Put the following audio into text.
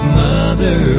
mother